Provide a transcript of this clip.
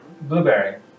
Blueberry